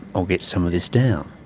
i'll get some of this down.